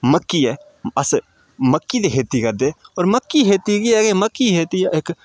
मक्की ऐ अस मक्की दी खेत्ती करदे होर मक्की खेती केह् ऐ के मक्की खेत्ती इक